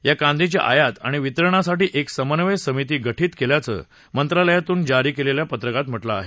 या कांद्याची आयात आणि वितरणासाठी एक समन्वय समिती गठीत केल्याचं मंत्रालयातून जारी केलेल्या पत्रकात म्हटलं आहे